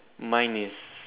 mine is